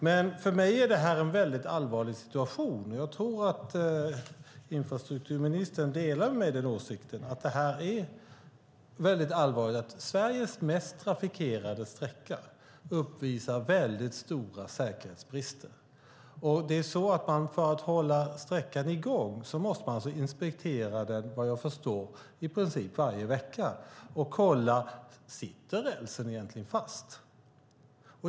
Men för mig är det här en väldigt allvarlig situation, och jag tror att infrastrukturministern delar min åsikt att det är allvarligt att Sveriges mest trafikerade sträcka uppvisar stora säkerhetsbrister. För att hålla sträckan i gång måste man, såvitt jag förstår, inspektera den i princip varje vecka och kolla om rälsen sitter fast.